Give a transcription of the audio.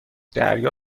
دریا